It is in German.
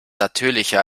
natürlicher